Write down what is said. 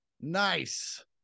Nice